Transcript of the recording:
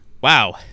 wow